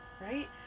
Right